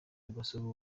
amasomo